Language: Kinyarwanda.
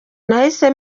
nahise